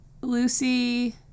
Lucy